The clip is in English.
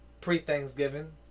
pre-Thanksgiving